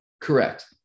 Correct